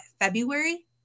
February